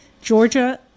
Georgia